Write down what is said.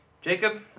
Jacob